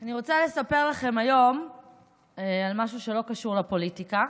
אני רוצה לספר לכם היום על משהו שלא קשור לפוליטיקה,